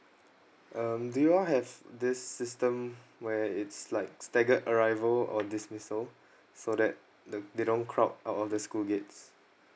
um do you all have this system where it's like staggered arrival or dismissal so that the they don't crowd out of the school gates